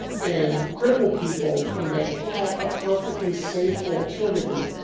and crippled people when they had a perfectly safe alternative,